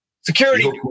Security